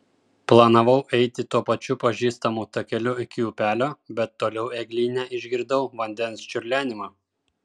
planavau eiti tuo pačiu pažįstamu takeliu iki upelio bet toliau eglyne išgirdau vandens čiurlenimą